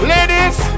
Ladies